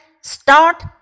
start